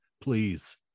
Please